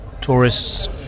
tourists